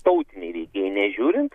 tautiniai veikėjai nežiūrint